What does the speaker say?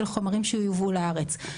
של חומרים שיובאו לארץ.